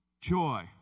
joy